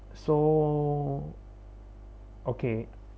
so okay